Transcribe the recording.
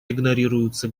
игнорируются